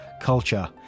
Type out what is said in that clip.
culture